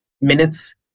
minutes